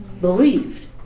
Believed